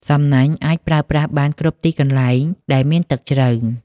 សំណាញ់អាចប្រើប្រាស់បានគ្រប់ទីកន្លែងដែលមានទឹកជ្រៅ។